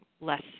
less